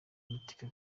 mateka